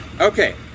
Okay